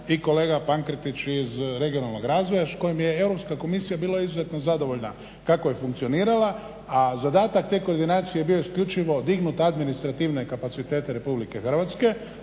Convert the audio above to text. i kolega Pankretić iz regionalnog razvoja s kojim je Europska komisija bila izuzetno zadovoljna kako je funkcionirala, a zadatak te koordinacije je bio isključivo dignut administrativne kapacitete Republike Hrvatske.